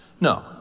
No